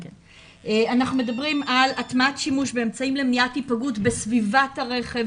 אנחנו מדברים על הטמעת שימוש באמצעים למניעת היפגעות בסביבת הרכב,